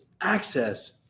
access